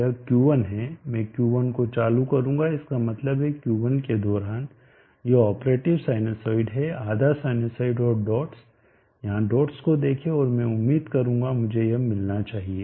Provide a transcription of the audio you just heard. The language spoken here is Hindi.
यह Q1 है मैं Q1 को चालू करूंगा इसका मतलब है Q1 के दौरान यह ऑपरेटिव साइनसॉइड है आधा साइनसॉइड और डॉट्स यहां डॉट्स को देखें और मैं उम्मीद करूंगा मुझे यह मिलना चाहिए